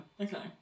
Okay